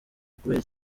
ukubera